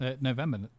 November